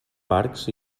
parcs